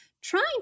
Trying